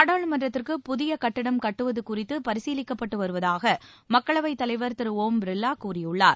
நாடாளுமன்றத்திற்கு புதிய கட்டிடம் கட்டுவது குறித்து பரிசீலிக்கப்பட்டு வருவதாக மக்களவைத் தலைவர் திரு ஓம் பிர்லா கூறியுள்ளார்